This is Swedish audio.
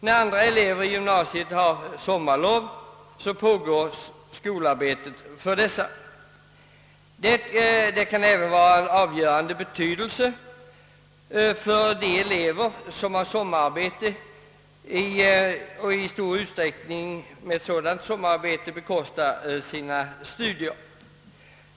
När andra elever i gymnasiet har sommarlov pågår skolarbetet för dessa. Denna skolpraktik under sommaren kan även vara av avgörande betydelse för de elever som med sommararbete i stor utsträckning bekostar sina studier.